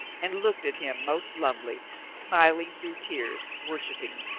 and looked at him most lovely, smiling through tears, worshipping.